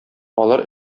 алар